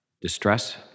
distress